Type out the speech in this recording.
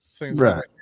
Right